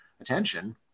attention